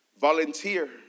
Volunteer